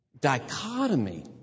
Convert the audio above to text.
dichotomy